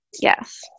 Yes